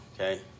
okay